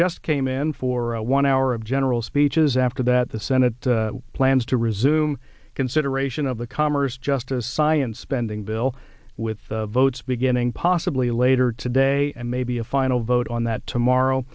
just came in for one hour of general speeches after that the senate plans to resume consideration of the commerce justice science spending bill with votes beginning possibly later today and maybe a final vote on that